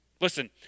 Listen